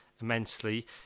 immensely